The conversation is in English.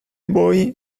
boy